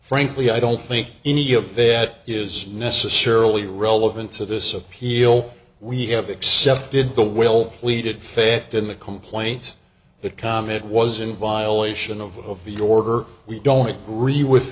frankly i don't think any of that is necessarily relevant to this appeal we have accepted the will we did faith in the complaint that comment was in violation of the order we don't agree with